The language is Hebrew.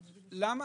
למה?